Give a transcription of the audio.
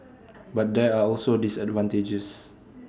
but there are also disadvantages